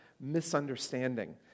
misunderstanding